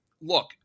look